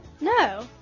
No